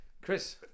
Chris